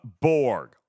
Borg